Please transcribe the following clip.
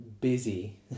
busy